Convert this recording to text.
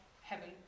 heaven